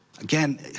Again